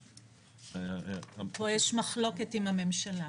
פה יש מחלוקת עם הממשלה.